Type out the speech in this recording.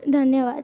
ધન્યવાદ